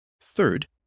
Third